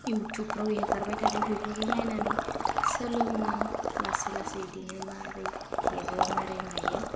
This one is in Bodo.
इउटुबफ्राव हेगारबाय थादों बेफोरखौ नायनानै सोलोङो आं लासै लासै बिदिनो माबोरै हेबो माबोरै मायो